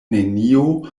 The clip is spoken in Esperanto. nenio